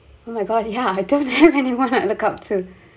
oh my god ya I don't have anyone I look up to